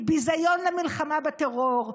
היא ביזיון למלחמה בטרור,